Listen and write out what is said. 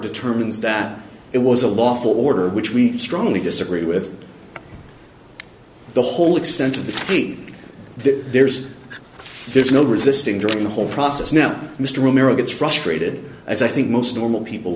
determines that it was a lawful order which we strongly disagree with the whole extent of the heat there's there's no resisting during the whole process now mr romero gets frustrated as i think most normal people